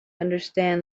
understand